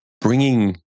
bringing